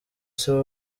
siwe